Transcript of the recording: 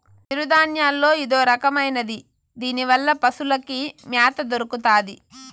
సిరుధాన్యాల్లో ఇదొరకమైనది దీనివల్ల పశులకి మ్యాత దొరుకుతాది